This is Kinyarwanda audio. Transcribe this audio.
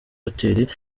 hotel